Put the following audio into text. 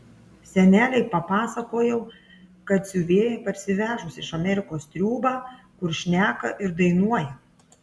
senelei papasakojau kad siuvėja parsivežus iš amerikos triūbą kur šneka ir dainuoja